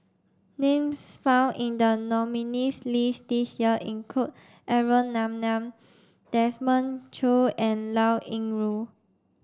names found in the nominees' list this year include Aaron Maniam Desmond Choo and Liao Yingru